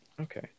Okay